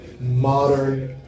modern